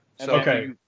Okay